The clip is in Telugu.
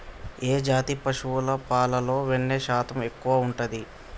ఏ జాతి పశువుల పాలలో వెన్నె శాతం ఎక్కువ ఉంటది?